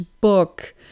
book